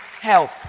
help